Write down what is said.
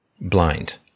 blind